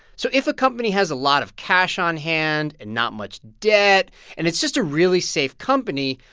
so if a company has a lot of cash on hand and not much debt and it's just a really safe company,